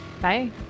Bye